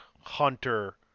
hunter